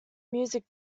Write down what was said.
music